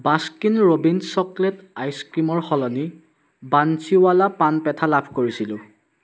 Baskin Robbins chocolate আইচক্ৰীমৰ সলনি বান্সীৱালা পান পেথা লাভ কৰিছিলোঁ